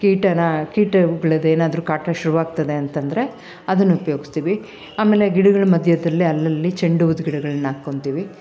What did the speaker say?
ಕೀಟನ ಕೀಟಗಳದ್ದೇನಾದ್ರೂ ಕಾಟ ಶುರುವಾಗ್ತದೆ ಅಂತಂದರೆ ಅದನ್ನು ಉಪ್ಯೋಗ್ಸ್ತೀವಿ ಆಮೇಲೆ ಗಿಡಗಳ ಮಧ್ಯದಲ್ಲಿ ಅಲ್ಲಲ್ಲಿ ಚೆಂಡು ಹೂವ್ದು ಗಿಡಗಳನ್ನ ಹಾಕೊತೀವಿ